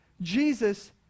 Jesus